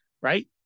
right